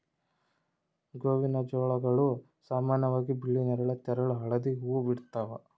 ಗೋವಿನಜೋಳಗಳು ಸಾಮಾನ್ಯವಾಗಿ ಬಿಳಿ ನೇರಳ ತೆಳು ಹಳದಿ ಹೂವು ಬಿಡ್ತವ